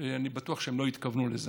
אני בטוח שהם לא התכוונו לזה.